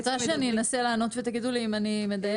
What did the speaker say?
את רוצה שאני אנסה לענות ותגידו לי אם אני מדייקת?